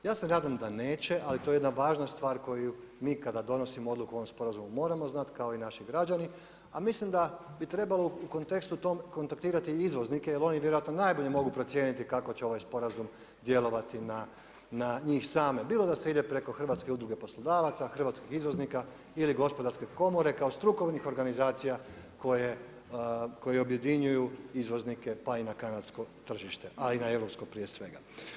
Ja se nada da neće, ali to je jedna važna stvar koju mi kada donosimo odluku o ovom Sporazumu moramo znati kao i naši građani, a mislim da bi trebalo u kontekstu tom kontaktirati izvoznike, jer oni vjerojatno najbolje mogu procijeniti kako će ovaj sporazum djelovati na njih same bilo da se ide preko Hrvatske udruge poslodavaca, hrvatskih izvoznika ili Gospodarske komore kao strukovnih organizacija koje objedinjuju izvoznike pa i na kanadsko tržište, ali na europsko prije svega.